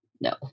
No